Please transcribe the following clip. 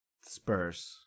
spurs